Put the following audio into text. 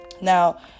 Now